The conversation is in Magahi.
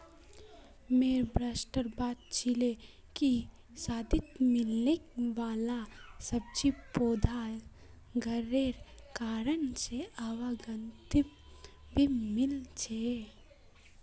मोर मास्टर बता छीले कि सर्दित मिलने वाला सब्जि पौधा घरेर कारण से आब गर्मित भी मिल छे